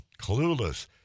Clueless